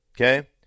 Okay